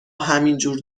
همینجور